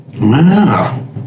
wow